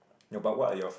ya but what are your